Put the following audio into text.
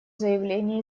заявление